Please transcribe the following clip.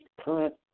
current